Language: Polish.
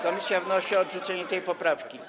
Komisja wnosi o odrzucenie tej poprawki.